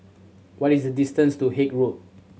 what is the distance to Haig Road